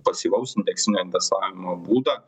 pasyvaus indeksinio investavimo būdą